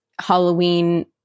Halloween